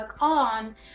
on